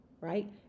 right